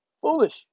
Foolish